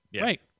right